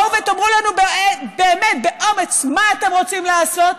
בואו תאמרו לנו באמת, באומץ, מה אתם רוצים לעשות.